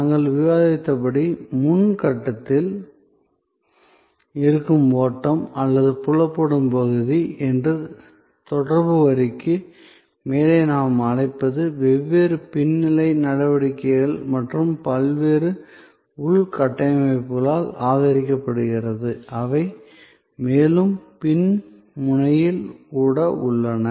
நாங்கள் விவாதித்தபடி முன் கட்டத்தில் இருக்கும் ஓட்டம் அல்லது புலப்படும் பகுதி என்று தொடர்பு வரிக்கு மேலே நாம் அழைப்பது வெவ்வேறு பின் நிலை நடவடிக்கைகள் மற்றும் பல்வேறு உள்கட்டமைப்புகளால் ஆதரிக்கப்படுகிறது அவை மேலும் பின் முனையில் கூட உள்ளன